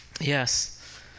Yes